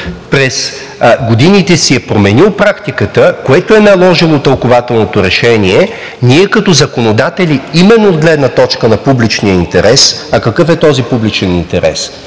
през годините си е променил практиката, което е наложило тълкувателното решение, ние като законодатели – именно от гледна точка на публичния интерес. А какъв е този публичен интерес?